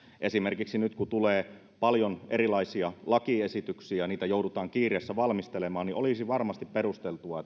esimerkiksi nyt kun tulee paljon erilaisia lakiesityksiä niitä joudutaan kiireessä valmistelemaan ja olisi varmasti perusteltua